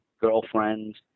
girlfriends